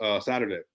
Saturday